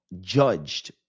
judged